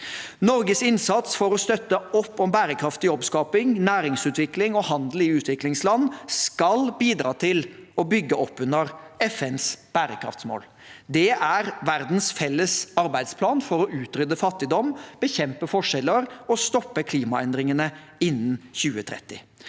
Norges innsats for å støtte opp om bærekraftig jobbskaping, næringsutvikling og handel i utviklingsland skal bidra til å bygge opp under FNs bærekraftsmål. Det er verdens felles arbeidsplan for å utrydde fattigdom, bekjempe forskjeller og stoppe klimaendringene innen 2030.